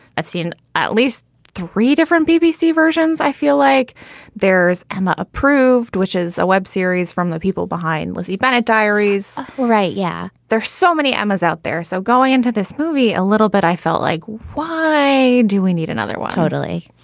i've seen at least three different bbc versions. i feel like there's emma approved, which is a web series from the people behind lizzie bennet diaries. right. yeah. there are so many amma's out there. so going into this movie a little bit, i felt like why do we need another one? totally.